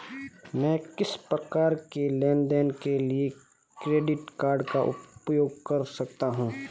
मैं किस प्रकार के लेनदेन के लिए क्रेडिट कार्ड का उपयोग कर सकता हूं?